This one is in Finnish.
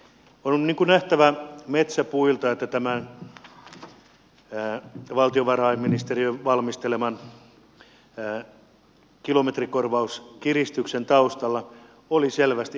on nähtävä metsä puilta että tämän valtiovarainministeriön valmisteleman kilometrikorvauskiristyksen taustalla oli selvästi epäloogisuutta